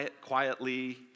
quietly